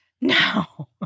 No